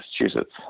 Massachusetts